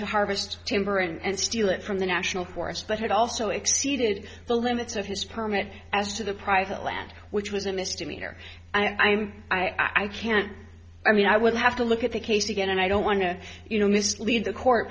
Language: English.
to harvest timber and steal it from the national forest but it also exceeded the limits of his permit as to the private land which was a misdemeanor i mean i can't i mean i would have to look at the case again and i don't want to you know mislead the court